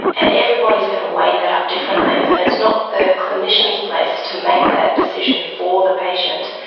and everybody is going to weigh that up differently, and it's not the clinician's place to make that decision for the patient,